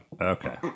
Okay